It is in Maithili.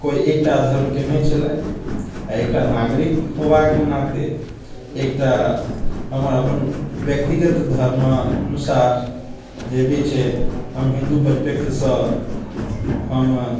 कोइ एकटा धर्मके नहि छलै आओर एकटा नागरिक होबाके नाते एकटा हमर अपन व्यक्तिगत धर्म अनुसार जे भी छै हम हिन्दू परिप्रेक्ष्यसँ हम